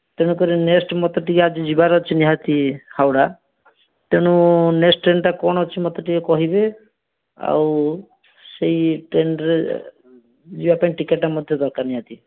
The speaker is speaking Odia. ତେଣୁ କରି ନେକ୍ଷ୍ଟ ମୋତେ ଟିକେ ଆଜି ଯିବାର ଅଛି ନିହାତି ହାଉଡ଼ା ତେଣୁ ନେକ୍ଷ୍ଟ ଟ୍ରେନଟା କ'ଣ ଅଛି ମୋତେ ଟିକିଏ କହିବେ ଆଉ ସେଇ ଟ୍ରେନରେ ଯିବା ପାଇଁ ଟିକେଟଟା ମୋତେ ଦରକାର ନିହାତି